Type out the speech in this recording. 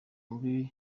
muri